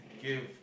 give